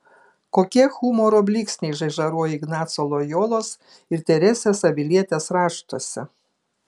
kokie humoro blyksniai žaižaruoja ignaco lojolos ir teresės avilietės raštuose